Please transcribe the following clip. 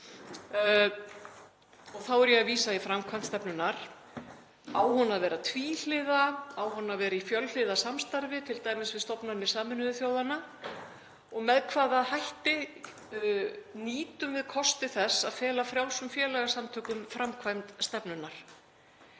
og þá er ég að vísa í framkvæmd stefnunnar. Á hún að vera tvíhliða? Á hún að vera í fjölhliða samstarfi, t.d. við stofnanir Sameinuðu þjóðanna? Með hvaða hætti nýtum við kosti þess að fela frjálsum félagasamtökum framkvæmd stefnunnar?